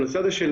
זה הוא